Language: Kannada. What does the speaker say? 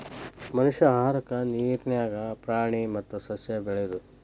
ಮನಷ್ಯಾ ಆಹಾರಕ್ಕಾ ನೇರ ನ್ಯಾಗ ಪ್ರಾಣಿ ಮತ್ತ ಸಸ್ಯಾ ಬೆಳಿಯುದು